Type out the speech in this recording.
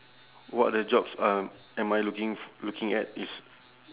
what are the jobs um am I looking f~ looking at is